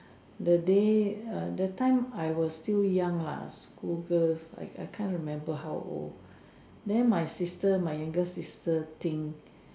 the day err the time I was still young lah school girl I I can't remember how old then my sister my younger sister think